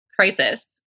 crisis